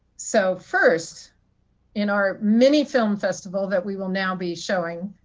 so first in our mini film festival that we will now be showing,